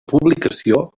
publicació